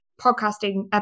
podcasting